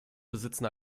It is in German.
besitzen